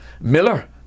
Miller